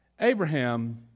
Abraham